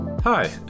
Hi